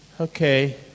okay